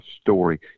story